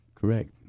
correct